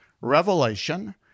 Revelation